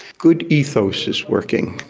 good ethos is working,